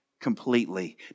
completely